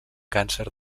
càncer